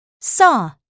Saw